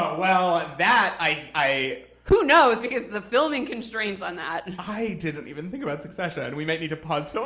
ah well, ah that, i who knows, because the filming constraints on that? and i didn't even think about succession. we might need to pause for